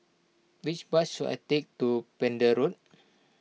which bus should I take to Pender Road